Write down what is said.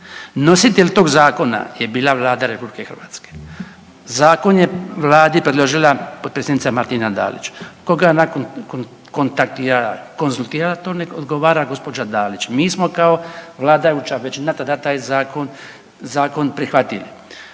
Nositelj tog zakona je bila Vlada RH. Zakon je vladi predložila potpredsjednica Martina Dalić, koga je ona kontaktirala i konzultirala to nek odgovara gđa. Dalić. Mi smo kao vladajuća većina tada taj zakon, zakon prihvatili.